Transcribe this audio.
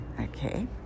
okay